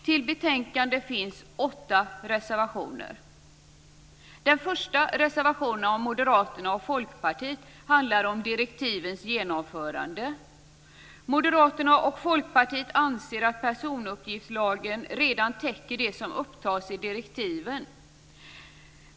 Till betänkandet finns åtta reservationer fogade. Folkpartiet handlar om direktivens genomförande. Moderaterna och Folkpartiet anser att personuppgiftslagen redan täcker det som upptas i direktiven.